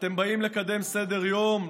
אתם באים לקדם סדר-יום,